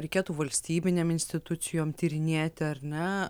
reikėtų valstybinėm institucijom tyrinėti ar ne